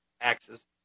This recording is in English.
axes